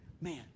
man